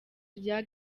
rya